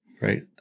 Right